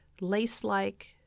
lace-like